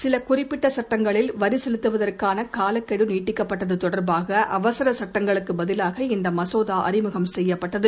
சிலகுறிப்பிட்டசுட்டங்களில் வரிசெலுத்துவதற்கானகாலகெடுநீட்டிக்கப்பட்டதுதொடர்பாகஅவசரசட்டங்களுக்குப் பதிலாக இந்தமசோதாஅறிமுகம் செய்யப்பட்டது